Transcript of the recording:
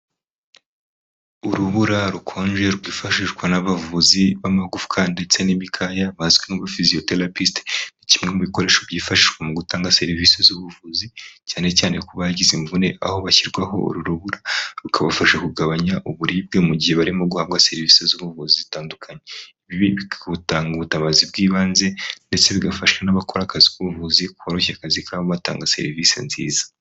Urubura rukonje rwifashishwa n'abavuzi b'amagufwa ndetse n'imikaya bazwi nk'afizioterapisite, kimwe mu bikoresho byifashishwa mu gutanga serivisi z'ubuvuzi cyane cyane ku bagize imvune, aho bashyirwaho uru rubura rukabafasha kugabanya uburibwe mu gihe barimo guhabwa serivisi z'ubuvuzi zitandukanye. Ibi bitanga ubutabazi bw'ibanze ndetse bigafasha n'abakora akazi k'ubuvuzi, koroshya akazi kabo batanga serivisi nziza.